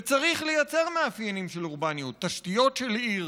וצריך לייצר מאפיינים של אורבניות: תשתיות של עיר,